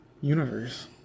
universe